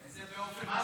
זה באופן מעשי,